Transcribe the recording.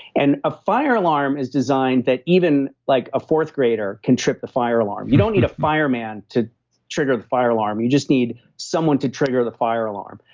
and a fire alarm is designed that even like a fourth grader can trip the fire alarm. you don't need a fire man to trigger the fire alarm. you just need someone to trigger the fire alarm.